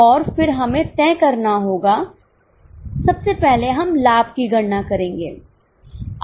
और फिर हमें तय करना होगा सबसे पहले हम लाभ की गणना करेंगे